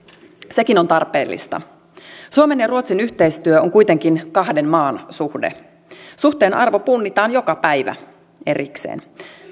sekin on tarpeellista suomen ja ruotsin yhteistyö on kuitenkin kahden maan suhde suhteen arvo punnitaan joka päivä erikseen